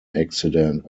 accident